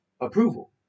approval